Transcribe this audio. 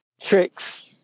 tricks